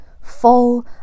fall